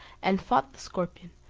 and fought the scorpion,